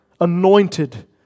anointed